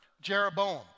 Jeroboam